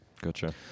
Gotcha